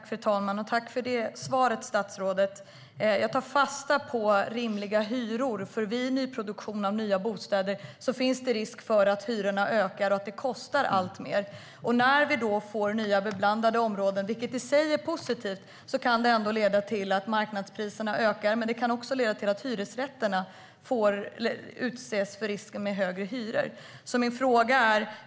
Fru talman! Jag tackar statsrådet för svaret. Jag tar fasta på "rimliga hyror", för vid produktion av nya bostäder finns det risk för att hyrorna ökar och att det kostar alltmer. Då kan det när vi får nya blandade områden, vilket i sig är positivt, leda till att marknadspriserna ökar och att hyresrätterna riskerar att få högre hyror.